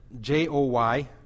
J-O-Y